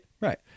Right